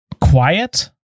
quiet